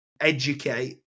educate